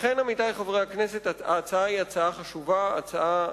לכן, עמיתי חברי הכנסת, ההצעה היא חשובה, הצעה